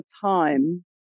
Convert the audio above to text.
time